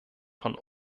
von